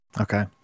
Okay